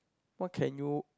what can you